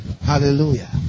Hallelujah